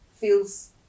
feels